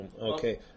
Okay